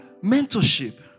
mentorship